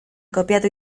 kopiatu